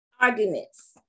arguments